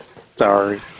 sorry